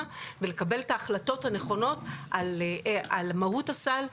ולקבל את ההחלטות הנכונות על מהות הסל.